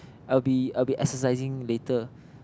I'll be I'll be exercising later